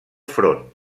front